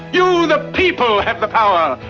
you, the people, have the power,